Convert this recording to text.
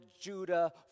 Judah